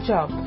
Job